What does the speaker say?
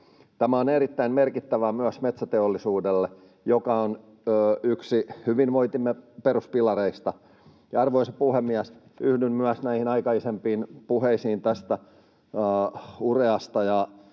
Tämä on erittäin merkittävää myös metsäteollisuudelle, joka on yksi hyvinvointimme peruspilareista. Arvoisa puhemies! Yhdyn myös näihin aikaisempiin puheisiin ureasta,